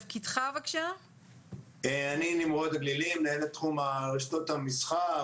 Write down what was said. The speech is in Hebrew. אני מנהל תחום רשתות המסחר,